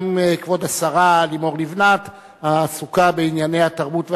גם כבוד השרה לימור לבנת עסוקה בענייני התרבות והספורט,